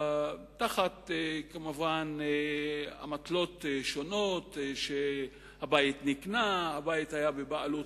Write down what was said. כמובן באמתלות שונות שהבית נקנה, הבית היה בבעלות,